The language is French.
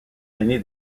aîné